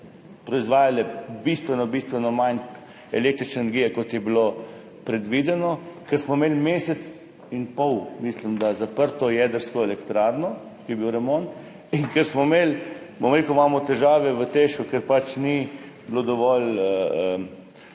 proizvajale bistveno, bistveno manj električne energije, kot je bilo predvideno, ker smo imeli mesec in pol, mislim da, zaprto jedrsko elektrarno, ko je bil remont in ker smo imeli oziroma imamo težave v TEŠ, ker pač ni bilo dovolj,